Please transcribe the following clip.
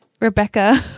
Rebecca